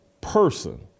person